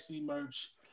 merch